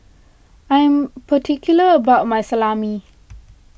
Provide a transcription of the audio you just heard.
I am particular about my Salami